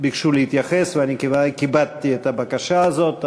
ביקשו להתייחס, ואני כיבדתי את הבקשה הזאת.